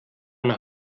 nach